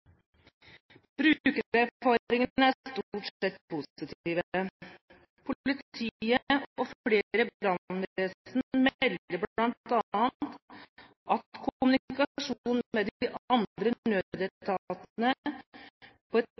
stort sett positive. Politiet og flere brannvesen melder bl.a. at kommunikasjon med de andre nødetatene på et